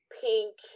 pink